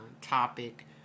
topic